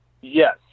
Yes